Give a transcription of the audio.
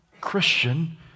Christian